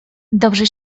dobrze